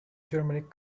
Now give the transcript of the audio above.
germanic